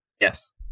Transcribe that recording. Yes